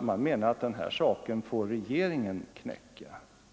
Man menade att det här får regeringen knäcka.